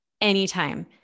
anytime